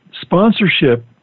Sponsorship